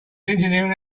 engineering